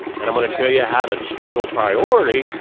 and i'm going to show you how to to schedule priority,